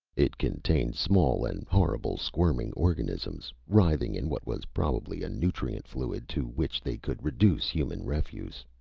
it contained small and horrible squirming organisms, writhing in what was probably a nutrient fluid to which they could reduce human refuse.